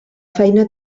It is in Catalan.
feina